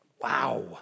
Wow